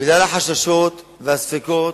בגלל החששות והספקות,